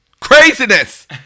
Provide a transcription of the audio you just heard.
craziness